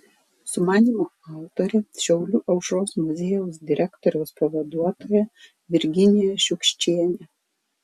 sumanymo autorė šiaulių aušros muziejaus direktoriaus pavaduotoja virginija šiukščienė